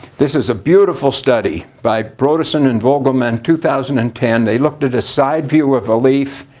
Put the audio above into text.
this is a beautiful study by brodersen and vogelmann. two thousand and ten. they looked at a side view of a leaf.